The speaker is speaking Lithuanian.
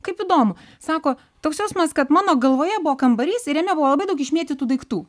kaip įdomu sako toks jausmas kad mano galvoje buvo kambarys ir jame buvo labai daug išmėtytų daiktų